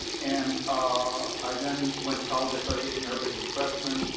and ah i then went to college. i started taking arabic as a freshman.